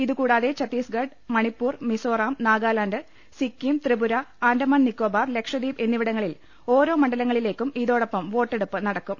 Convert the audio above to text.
ഇതുകൂടാതെ ഛത്തീസ്ഗഡ് മണി പ്പൂർ മിസ്സോറാം നാഗാലാന്റ് സിക്കിം ത്രിപുര ആന്റമാൻ നിക്കോബാർ ലക്ഷദ്വീപ് എന്നിവിടങ്ങളിൽ ഓരോ മണ്ഡലങ്ങളിലേക്കും ഇതോടൊപ്പം വോട്ടെടുപ്പ് നടക്കും